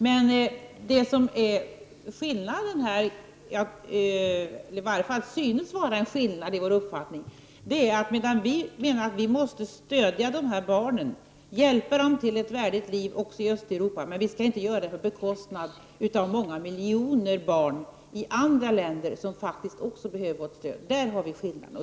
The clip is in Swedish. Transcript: Men det synes vara en skillnad i uppfattningen att vi menar att vi måste stödja barnen också i Östeuropa och hjälpa dem till ett värdigt liv men inte på bekostnad av många miljoner barn i andra länder som faktiskt också behöver vårt stöd. Däri ligger skillnaden.